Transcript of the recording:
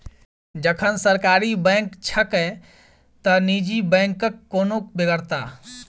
जखन सरकारी बैंक छैके त निजी बैंकक कोन बेगरता?